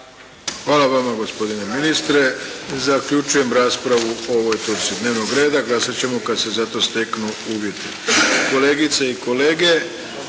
Hvala vama gospodine ministre. Zaključujem raspravu po ovoj točci dnevnog reda. Glasat ćemo kad se za to steknu uvjeti. Kolegice i kolege,